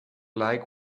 like